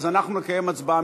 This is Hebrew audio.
אז אנחנו נקיים את ההצבעה.